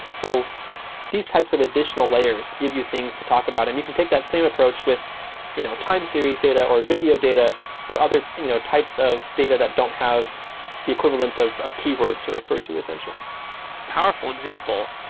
so these types of additional layers give you things to talk about, and you can take that same approach with you know time series data or video data or other you know types of data that don't have the equivalent of of keywords to refer to essentially it's powerful example.